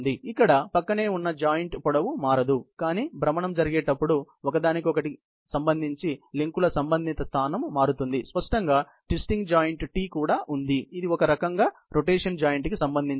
ఇక్కడ ప్రక్కనే ఉన్నజాయింట్ పొడవు మారదు కానీ భ్రమణం జరిగేటప్పుడు ఒకదానికొకటి సంబంధించి లింకుల సంబంధిత స్థానం మారుతుంది స్పష్టంగా ట్విస్టింగ్ జాయింట్ T కూడా ఉంది ఇది ఒకరకంగా రొటేషన్ జాయింట్ కి సంబంధించింది